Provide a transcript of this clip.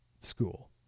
school